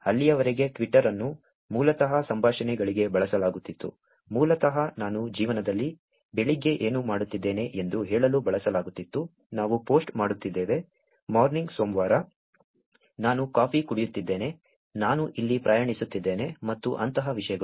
ಅಲ್ಲಿಯವರೆಗೆ ಟ್ವಿಟರ್ ಅನ್ನು ಮೂಲತಃ ಸಂಭಾಷಣೆಗಳಿಗೆ ಬಳಸಲಾಗುತ್ತಿತ್ತು ಮೂಲತಃ ನಾನು ಜೀವನದಲ್ಲಿ ಬೆಳಿಗ್ಗೆ ಏನು ಮಾಡುತ್ತಿದ್ದೇನೆ ಎಂದು ಹೇಳಲು ಬಳಸಲಾಗುತ್ತಿತ್ತು ನಾವು ಪೋಸ್ಟ್ ಮಾಡುತ್ತಿದ್ದೇವೆ ಮಾರ್ನಿಂಗ್ ಸೋಮವಾರ ನಾನು ಕಾಫಿ ಕುಡಿಯುತ್ತಿದ್ದೇನೆ ನಾನು ಇಲ್ಲಿ ಪ್ರಯಾಣಿಸುತ್ತಿದ್ದೇನೆ ಮತ್ತು ಅಂತಹ ವಿಷಯಗಳು